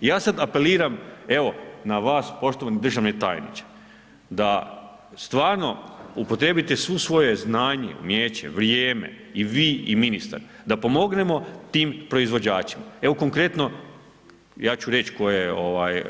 Ja sad apeliram evo na vas poštovani državni tajniče, da stvarno upotrijebite svo svoje znanje, umijeće, vrijeme i vi i ministar da pomognemo tim proizvođačima, evo konkretno ja ću reći koja je